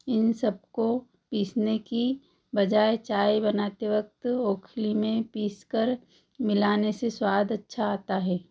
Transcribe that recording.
इन सबको पीसने की बजाय चाय बनाते वक़्त ओखली में पीसकर मिलाने से स्वाद अच्छा आता है